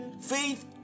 Faith